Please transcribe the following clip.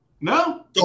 No